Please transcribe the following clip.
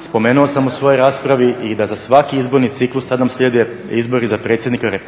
Spomenuo sam u svojoj raspravi da za svaki izborni ciklus, sad nam slijede izbori za predsjednika RH,